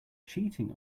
cheating